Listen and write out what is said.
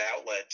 outlet